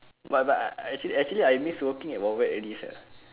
but but I I actually actually I miss working at wild wild wet already sia